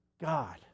God